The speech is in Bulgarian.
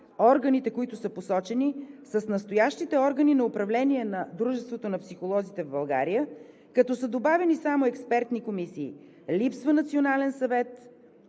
органите, които са посочени, с настоящите органи на управление на Дружеството на психолозите в България, като са добавени само експертни комисии. Липсва Национален съвет